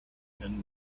and